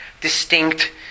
distinct